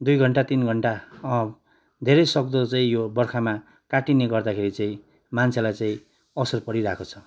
दुई घन्टा तिन घन्टा धेरै सक्दो चाहिँ यो बर्खामा काटिने गर्दाखेरि चाहिँ मान्छेलाई चाहिँ असर परिरहेको छ